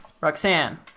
Roxanne